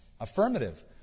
affirmative